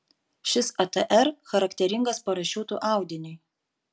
šis atr charakteringas parašiutų audiniui